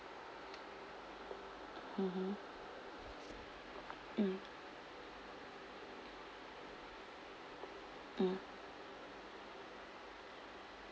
mmhmm mm mm